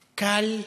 קל,